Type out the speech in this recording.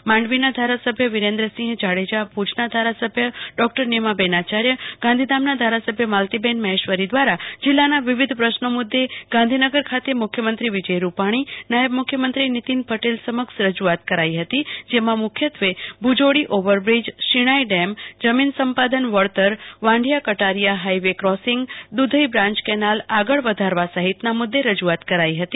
માંડવીના ધારાસભ્ય વિરેન્દ્રસિંહ જાડેજા ભુજના ધારાસભ્ય નીમાબેન આચાર્ય ગાંધીધામના ધારાસભ્ય માલતીબેન મહેશ્વરી દ્વારા જીલ્લાના વિવિધ પ્રશ્નો મુદ્દે ગાંધીનગર ખાતે મુખ્યમંત્રી વિજય રૂપાણી નાયબ મુખ્યમંત્રી નીતિન પટેલ સમક્ષ રજૂઆત કરી હતી જેમાં મુખ્યત્વે ભુજોડી ઓવરબ્રિજ શિણાઇ ડેમ જમીન સંપાદન વળતર Vandhiya Katariya highway crossing Dudhai branch canal આગળ વધારવા સહિતના મુદ્દે રજૂઆત કરી હતી